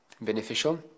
beneficial